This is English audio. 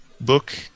book